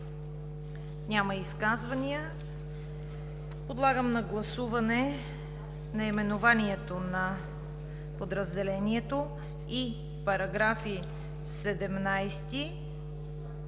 Няма изказвания. Подлагам на гласуване наименованието на подразделението и параграфи 17,